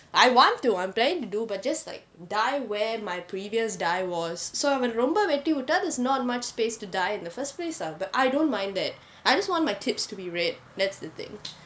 I want to I'm planning to do but just like dye where my previous dye was so அவன் ரொம்ப வெட்டிவிட்டா:avan romba vettivitta that is not much place to dye in the first place ah but I don't mind that I just want my tips to be red that's the thing